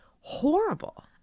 Horrible